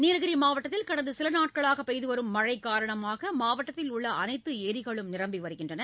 நீலகிரி மாவட்டத்தில் கடந்த சில நாட்களாக பெய்துவரும் மழை காரணமாக மாவட்டத்தில் உள்ள அனைத்து ஏரிகளும் நிரம்பி வருகின்றன